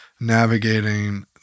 navigating